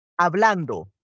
hablando